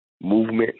movement